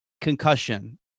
concussion